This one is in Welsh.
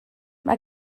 mae